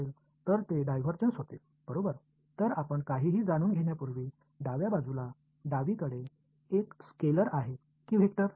எனவே நாம் எதையும் பெறுவதற்கு முன் இடது புறம் இருப்பது ஸ்கேலாரா அல்லது வெக்டரா